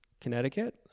Connecticut